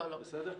נכון.